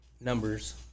numbers